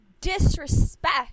disrespect